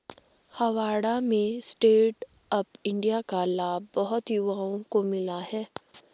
हावड़ा में stand up India का लाभ बहुत युवाओं को मिला